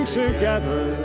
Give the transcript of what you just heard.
together